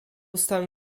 stan